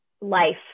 life